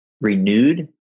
renewed